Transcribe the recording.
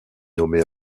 nommée